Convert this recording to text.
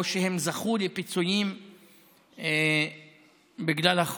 או שהם זכו לפיצויים בגלל החוק.